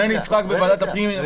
הקורונה התחילה עוד לפני פסח.